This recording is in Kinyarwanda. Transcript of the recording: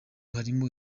harimo